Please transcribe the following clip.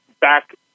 back